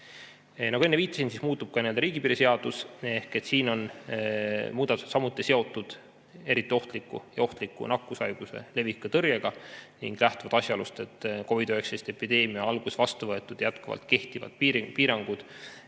ma enne viitasin, muutub ka riigipiiri seadus. Siin on muudatused samuti seotud eriti ohtliku ja ohtliku nakkushaiguse leviku tõrjega ning lähtuvad asjaolust, et COVID‑19 epideemia alguses vastu võetud ja jätkuvalt kehtivad piirangud